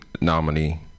nominee